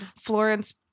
Florence